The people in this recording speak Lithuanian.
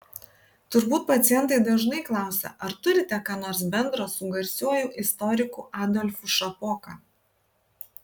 turbūt pacientai dažnai klausia ar turite ką nors bendro su garsiuoju istoriku adolfu šapoka